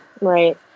Right